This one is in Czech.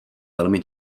velmi